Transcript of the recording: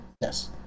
Yes